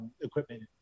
equipment